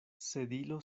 sedilo